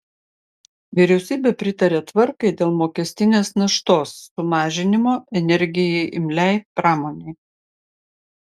vyriausybė pritarė tvarkai dėl mokestinės naštos sumažinimo energijai imliai pramonei